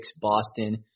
Boston